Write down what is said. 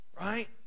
right